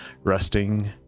resting